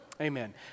Amen